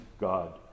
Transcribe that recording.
God